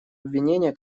обвинения